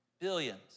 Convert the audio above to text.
billions